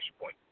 point